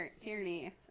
Tierney